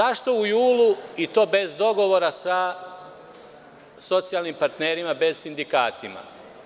Zašto u julu i to bez dogovora sa socijalnim partnerima bez sindikata?